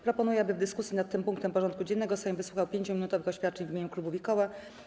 Proponuję, aby w dyskusji nad tym punktem porządku dziennego Sejm wysłuchał 5-minutowych oświadczeń w imieniu klubów i koła.